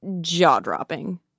jaw-dropping